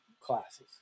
classes